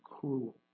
cruel